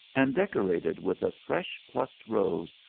and decorated with a fresh plucked rose,